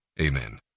Amen